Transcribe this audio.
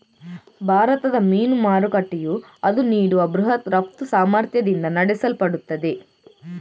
ಭಾರತದ ಮೀನು ಮಾರುಕಟ್ಟೆಯು ಅದು ನೀಡುವ ಬೃಹತ್ ರಫ್ತು ಸಾಮರ್ಥ್ಯದಿಂದ ನಡೆಸಲ್ಪಡುತ್ತದೆ